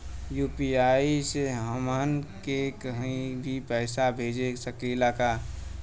UPI से हमहन के कहीं भी पैसा भेज सकीला जा?